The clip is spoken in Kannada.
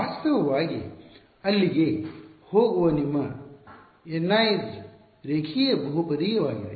ವಾಸ್ತವವಾಗಿ ಅಲ್ಲಿಗೆ ಹೋಗುವ ನಿಮ್ಮ Ni ರೇಖೀಯ ಬಹುಪದೀಯವಾಗಿದೆ